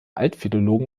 altphilologen